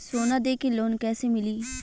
सोना दे के लोन कैसे मिली?